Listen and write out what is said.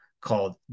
called